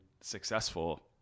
successful